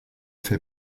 fait